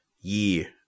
year